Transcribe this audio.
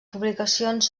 publicacions